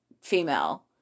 female